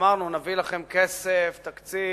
אמרנו, נביא לכם כסף, תקציב,